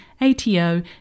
ATO